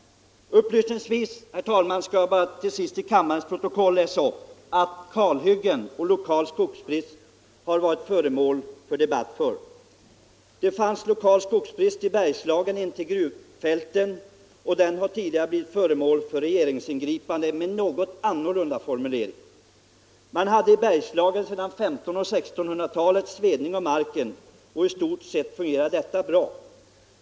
Upplysningsvis kan nämnas att kalhyggen och lokal skogsbrist har varit föremål för debatt förr. Det fanns lokal skogsbrist i Bergslagen intill gruvfälten som tidigare blivit föremål för regeringsingripande med något annorlunda formulering. Man hade i Bergslagen sedan 1500 och 1600 talen s.k. svedning av marken, och i stort sett fungerade detta bra.